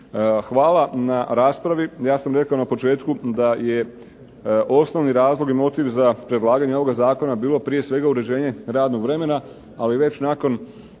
Hvala na raspravi, ja sam rekao na početku da je osnovni razlog i motiv za predlaganje ovoga Zakona bilo prije svega uređenje radnoga vremena ali već nakon